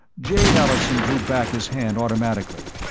jay allison drew back his hand automatically,